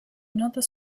another